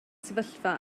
sefyllfa